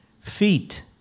feet